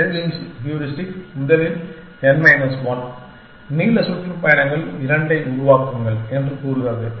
shavings heuristic முதலில் n minus 1 நீள சுற்றுப்பயணங்கள் 2 ஐ உருவாக்குங்கள் என்று கூறுகிறது